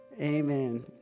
Amen